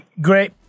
Great